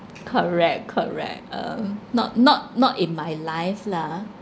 correct correct um not not not in my life lah